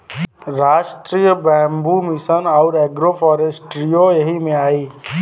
राष्ट्रीय bamboo mission आउर agro फ़ोरेस्ट्रीओ यही में आई